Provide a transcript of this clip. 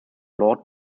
lord